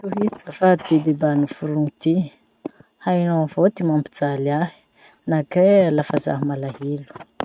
Tohizo azafady ty debat noforogny ty: hainao avao ty mampijaly ahy na kay iha lafa zaho malahelo.